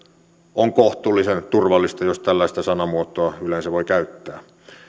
on kohtuullisen turvallista jos tällaista sanamuotoa yleensä voi käyttää